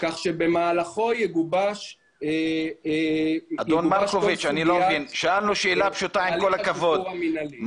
כך שבמהלכם תגובש כל סוגיית תהליך השחרור המינהלי.